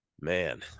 Man